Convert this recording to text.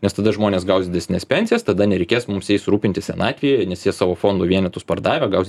nes tada žmonės gaus didesnes pensijas tada nereikės mums jais rūpintis senatvėje nes jie savo fondų vienetus pardavę gaus